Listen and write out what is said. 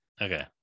okay